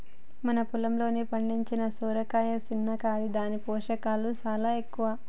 మన పొలంలో పండిన సొరకాయ సిన్న కాని దాని పోషకాలు సాలా ఎక్కువ